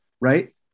right